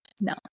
No